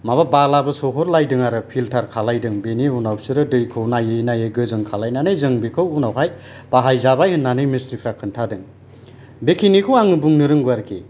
माबा बालाबो सोहरलायदों आरो फिल्टार खालायदों बिनि उनाव बिसोरो दैखौ नायै नायै गोजों खालामनानै जों बेखौ उनावहाय बाहायजाबाय होननानै मिस्ट्रिफ्रा खोन्थादों बेखिनिखौ आं बुंनो रोंगौ आरोखि